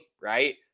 right